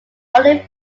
only